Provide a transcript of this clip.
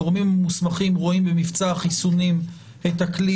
הגורמים המוסמכים רואים במבצע החיסונים את הכלי